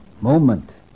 moment